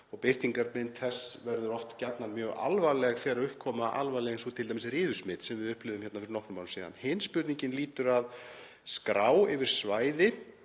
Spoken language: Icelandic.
Birtingarmynd þess verður gjarnan mjög alvarleg þegar upp koma alvarleg atvik eins og t.d. riðusmit sem við upplifðum hérna fyrir nokkrum árum síðan. Hin spurningin lýtur að skrá yfir svæði